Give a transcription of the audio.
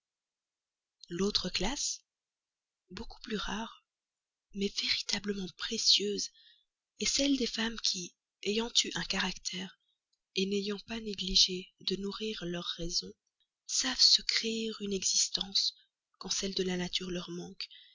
l'autre classe beaucoup plus rare mais véritablement précieuse est celle des femmes qui ayant eu un caractère n'ayant pas négligé de nourrir leur raison savent se créer une existence quand celle de la nature leur manque